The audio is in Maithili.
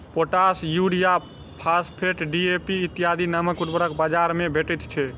पोटास, यूरिया, फास्फेट, डी.ए.पी इत्यादि नामक उर्वरक बाजार मे भेटैत छै